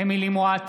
אמילי חיה מואטי,